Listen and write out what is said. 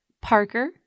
Parker